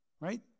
Right